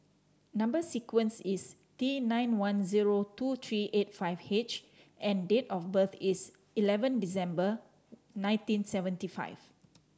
number sequence is T nine one zero two three eight five H and date of birth is eleven December nineteen seventy five